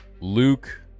Luke